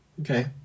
Okay